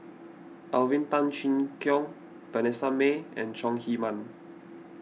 Alvin Tan Cheong Kheng Vanessa Mae and Chong Heman